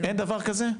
אין דבר כזה?